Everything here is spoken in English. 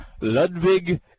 Ludwig